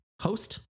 host